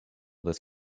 this